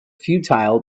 futile